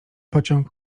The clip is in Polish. pociąg